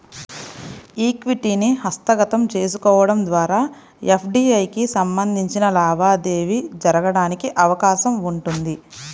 ఈక్విటీని హస్తగతం చేసుకోవడం ద్వారా ఎఫ్డీఐకి సంబంధించిన లావాదేవీ జరగడానికి అవకాశం ఉంటుంది